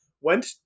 Went